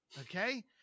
Okay